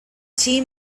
team